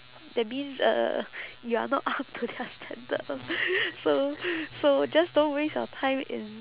that means uh you are not up to their standard lor so so just don't waste your time in